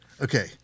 okay